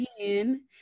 again